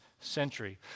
century